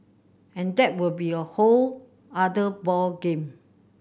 and that will be a whole other ball game